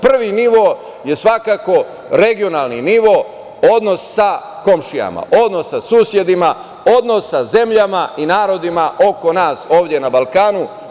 Prvi nivo je svakako regionalni nivo, odnos sa komšijama, odnos sa susedima, odnos sa zemljama i narodima oko nas ovde na Balkanu.